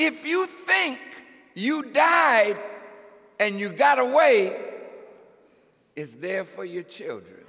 if you think you died and you got away is there for your children